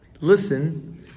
listen